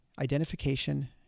identification